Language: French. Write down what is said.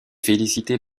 félicité